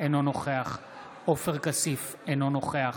אינו נוכח עופר כסיף, אינו נוכח